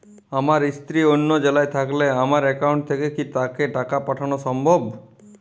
আমার স্ত্রী অন্য জেলায় থাকলে আমার অ্যাকাউন্ট থেকে কি তাকে টাকা পাঠানো সম্ভব?